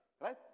Right